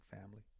family